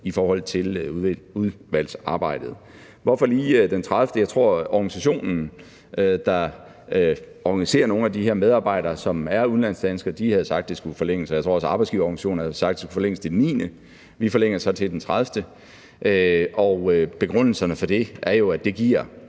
præciseret i udvalgsarbejdet. Hvorfor lige den 30. juni? Jeg tror, at organisationen, der organiserer nogle af de her medarbejdere, som er udenlandsdanskere, havde sagt, at det skulle forlænges, og jeg tror også, at arbejdsgiverorganisationer havde sagt, at det skulle forlænges til den 9. Vi forlænger så til den 30. Og begrundelserne for det er jo, at det giver